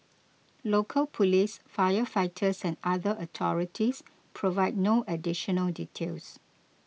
local police firefighters and other authorities provided no additional details